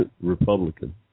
Republican